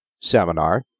seminar